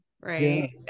right